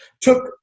took